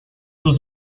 was